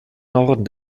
norden